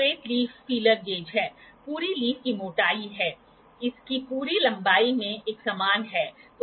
तो आप base angle प्राप्त करने की कोशिश कर सकते हैं और फिर एक मिनट के बाद आप रीडिंग यहां से प्राप्त कर सकते हैं